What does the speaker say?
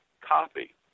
copy